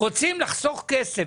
רוצים לחסוך כסף.